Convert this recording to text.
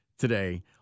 Today